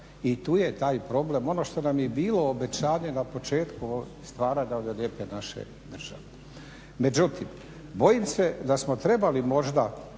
i tu je taj problem. Ono što nam je bilo obećanje na početku stvaranja ove lijepe naše države. Međutim, bojim se da smo trebali možda